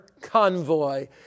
convoy